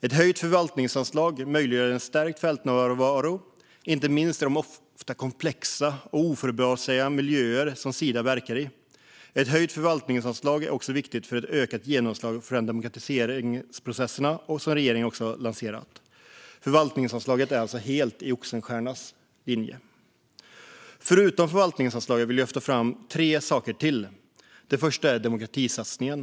Ett höjt förvaltningsanslag möjliggör en stärkt fältnärvaro inte minst i de ofta komplexa och oförutsägbara miljöer som Sida verkar i. Ett höjt förvaltningsanslag är också viktigt för ett ökat genomslag för demokratisatsningen som regeringen också lanserat. Förvaltningsanslaget är alltså helt i Oxenstiernas anda. Förutom förvaltningsanslaget vill jag lyfta fram tre saker till. Den första är demokratisatsningen.